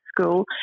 school